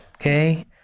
okay